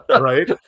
Right